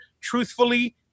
truthfully